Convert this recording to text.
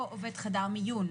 או עובד חדר מיון.